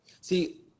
See